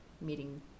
meeting